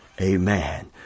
Amen